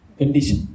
condition